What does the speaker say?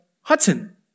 Hudson